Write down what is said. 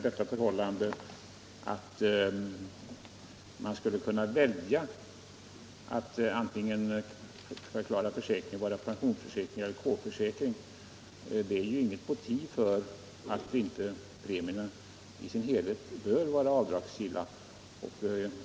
Detta förhållande att man skulle kunna välja att förklara försäkringen vara antingen P-försäkring eller K-försäkring är ju inget motiv för att inte premien i sin helhet bör vara avdragsgill.